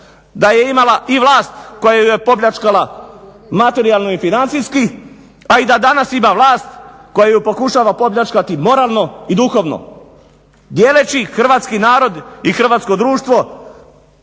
da je imala i vlast koja ju je opljačkala materijalno i financijski, a i da danas ima vlast koja ju pokušava opljačkati moralno i duhovno dijeleći hrvatski narod i hrvatsko društvo